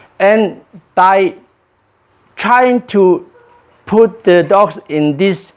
and by trying to put the dogs in this